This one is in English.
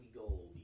gold